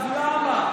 אז למה,